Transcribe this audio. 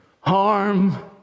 harm